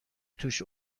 توش